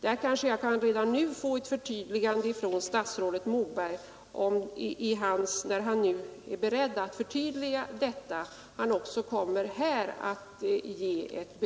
Där kanske jag redan nu kan få ett förtydligande från statsrådet, när han nyss förklarade sig beredd att göra